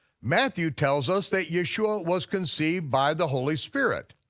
matthew tells us that yeshua was conceived by the holy spirit.